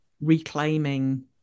reclaiming